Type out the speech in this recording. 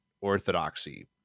orthodoxy